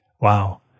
Wow